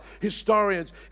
historians